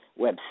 website